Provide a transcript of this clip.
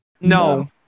No